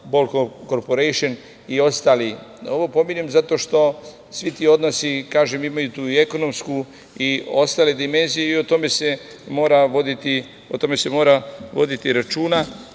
„Bol korporejšn“ i ostali. Ovo pominjem zato što svi ti odnosi, kažem, imaju ti i ekonomsku i ostale dimenzije i o tome se mora voditi računa,